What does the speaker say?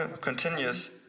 continues